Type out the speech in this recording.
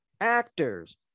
actors